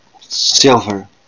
silver